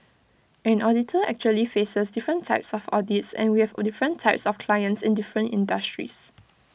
an auditor actually faces different types of audits and we have different types of clients in different industries